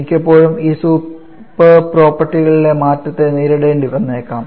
മിക്കപ്പോഴും ഈ സൂപ്പർ പ്രോപ്പർട്ടികളിലെ മാറ്റത്തെ നേരിടേണ്ടി വന്നേക്കാം